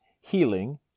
healing